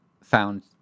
found